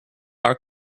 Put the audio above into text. our